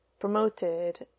promoted